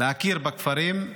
להכיר בכפרים,